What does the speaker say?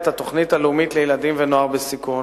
התוכנית הלאומית לילדים ונוער בסיכון,